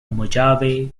mojave